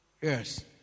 Yes